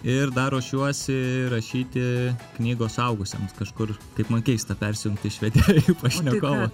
ir dar ruošiuosi rašyti knygos suaugusiems kažkur taip man keista persijungti iš vedėjo į pašnekovą